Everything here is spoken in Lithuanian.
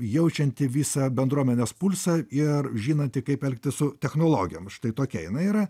jaučianti visą bendruomenės pulsą ir žinanti kaip elgtis su technologijomis štai tokia jinai yra